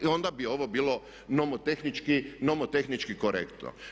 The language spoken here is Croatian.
I onda bi ovo bilo nomotehnički korektno.